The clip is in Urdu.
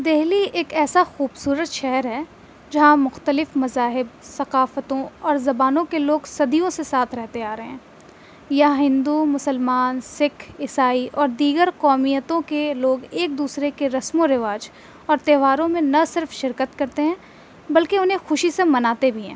دلی ایک ایسا خوبصورت شہر ہے جہاں مختلف مذاہب ثقافتوں اور زبانوں کے لوگ صدیوں سے ساتھ رہتے آ رہے ہیں یہاں ہندو مسلمان سکھ عیسائی اور دیگر قوموں کے لوگ ایک دوسرے کے رسم و رواج اور تہواروں میں نہ صرف شرکت کرتے ہیں بلکہ انہیں خوشی سے مناتے بھی ہیں